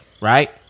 right